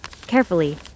Carefully